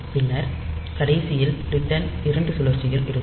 பின்னர் கடைசியில் ரிட்டர்ன் 2 சுழற்சிகள் எடுக்கும்